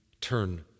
turn